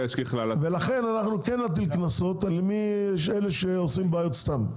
ולכן אנחנו כן נטיל קנסות על מי שעושים בעיות סתם.